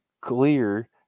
clear